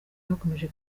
bakomeje